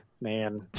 Man